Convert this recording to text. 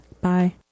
Bye